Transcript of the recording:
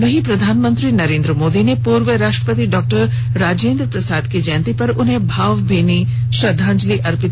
वहीं प्रधानमंत्री नरेंद्र मोदी ने पूर्व राष्ट्रपति डॉक्टर राजेंद्र प्रसाद की जयती पर उन्हे भावभीनी श्रद्दाजलि दी है